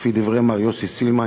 לפי דברי מר יוסי סילמן,